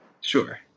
Sure